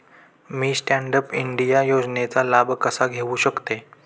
मी stand up India योजनेचा लाभ कसा घेऊ शकते